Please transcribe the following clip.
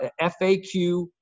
FAQ